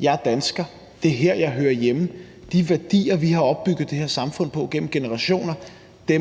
Jeg er dansker. Det er her, jeg hører hjemme. De værdier, vi har opbygget det her samfund på gennem generationer,